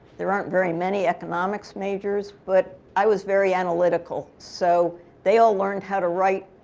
there aren't very many economics majors, but i was very analytical. so they all learned how to write.